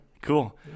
Cool